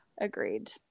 Agreed